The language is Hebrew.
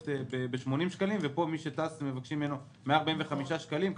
ב-80 שקלים אך מי שטס מבקשים ממנו 145 שקלים.